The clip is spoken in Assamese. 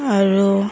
আৰু